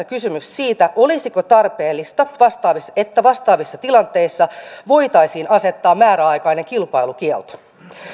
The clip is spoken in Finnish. kysymys siitä olisiko tarpeellista että vastaavissa tilanteissa voitaisiin asettaa määräaikainen kilpailukielto